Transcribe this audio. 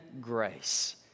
grace